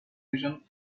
mission